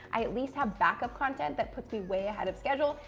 i at least have back-up content that puts me way ahead of schedule,